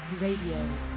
Radio